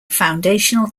foundational